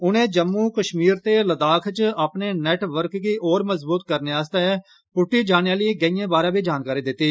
उनें जम्मू कश्मीर ते लद्दाख च अपने नेटवर्क गी होर मजबूत करने आस्तै पुट्टी जाने आली गैंइएं बारे बी जानकारी दित्ती